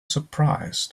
surprised